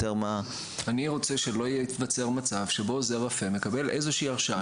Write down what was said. אני רוצה שלא ייווצר מצב שעוזר רופא יקבל הרשאה